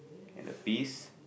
and the piece